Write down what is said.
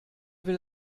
will